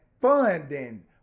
funding